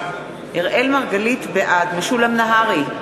בעד משולם נהרי,